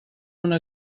una